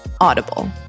Audible